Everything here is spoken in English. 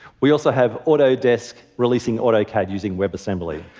we also have autodesk releasing autocad using webassembly.